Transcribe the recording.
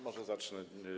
Może zacznę.